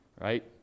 right